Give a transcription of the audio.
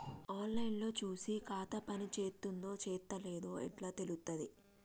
On line లో చూసి ఖాతా పనిచేత్తందో చేత్తలేదో ఎట్లా తెలుత్తది?